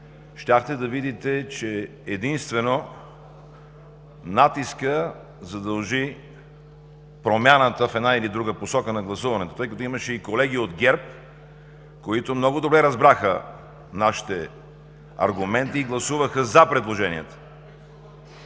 да видите, че единствено натискът задължи промяната в една или друга посока на гласуването, тъй като имаше и колеги от ГЕРБ, които много добре разбраха нашите аргументи и гласуваха „за“ предложението.